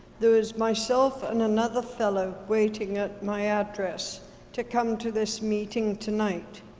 there was myself and another fellow waiting at my address to come to this meeting tonight.